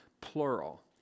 plural